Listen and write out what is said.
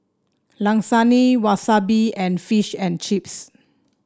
Lasagne Wasabi and Fish and Chips